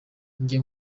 njye